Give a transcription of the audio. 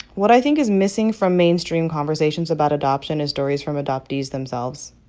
what i think is missing from mainstream conversations about adoption is stories from adoptees themselves.